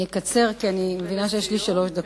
אני אקצר, כי אני מבינה שיש לי שלוש דקות.